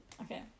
okay